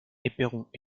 éperons